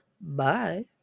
Bye